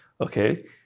Okay